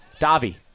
Davi